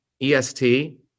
EST